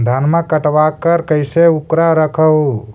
धनमा कटबाकार कैसे उकरा रख हू?